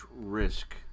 risk